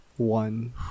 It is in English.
One